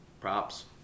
props